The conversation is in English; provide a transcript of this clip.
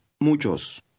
muchos